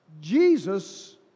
Jesus